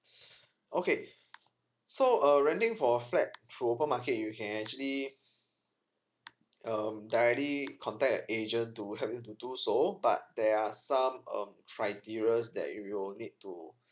okay so uh renting for flat through open market you can actually um directly contact an agent to help you to do so but there are some um criteria that you will need to